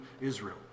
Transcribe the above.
Israel